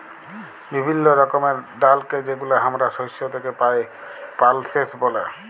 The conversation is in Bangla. বিভিল্য রকমের ডালকে যেগুলা হামরা শস্য থেক্যে পাই, পালসেস ব্যলে